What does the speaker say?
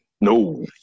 No